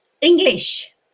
English